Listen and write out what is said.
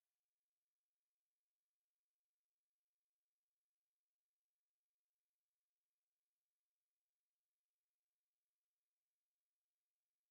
Abagabo bari mu kibuga bamwe bambaye imyenda y'ubururu abandi